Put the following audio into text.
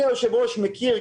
אדוני היושב-ראש מכיר,